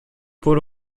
paul